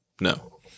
No